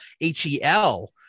H-E-L